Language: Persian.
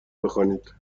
بخوانید